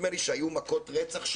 שהיו מכות רצח,